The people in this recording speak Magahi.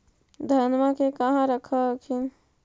धनमा के कहा रख हखिन?